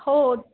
हो